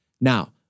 Now